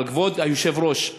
כבוד היושב-ראש,